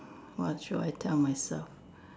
what should I tell myself